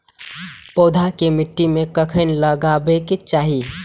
पौधा के मिट्टी में कखेन लगबाके चाहि?